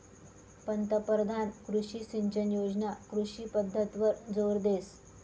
पंतपरधान कृषी सिंचन योजना कृषी पद्धतवर जोर देस